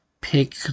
Pick